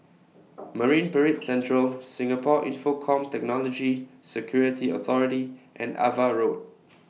Marine Parade Central Singapore Infocomm Technology Security Authority and AVA Road